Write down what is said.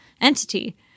entity